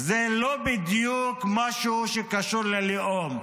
זה לא בדיוק משהו שקשור ללאום,